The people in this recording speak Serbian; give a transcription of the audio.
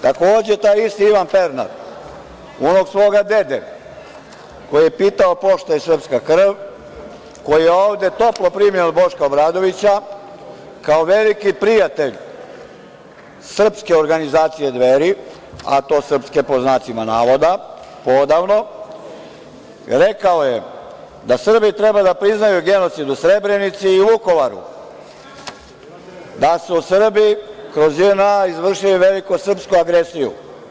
Takođe, taj isti Ivan Pernar, unuk svoga dede, koji je pitao pošto je srpska krv, koji je ovde toplo primljen od Boška Obradovića kao veliki prijatelj srpske organizacije Dveri, a to srpske pod znacima navoda, poodavno, rekao je, da Srbi treba da priznaju genocid u Srebrenici i u Vukovaru, da su Srbi kroz JNA izvršili veliko srpsku agresiju.